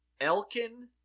Elkin